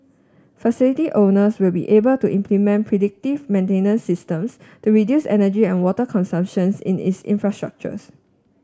facility owners will be able to implement predictive maintenance systems to reduce energy and water consumption in its infrastructures